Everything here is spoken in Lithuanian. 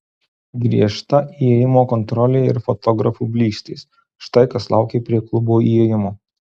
griežta įėjimo kontrolė ir fotografų blykstės štai kas laukė prie klubo įėjimo